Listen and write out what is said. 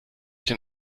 den